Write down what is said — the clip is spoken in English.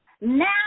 now